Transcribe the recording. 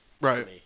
Right